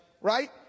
right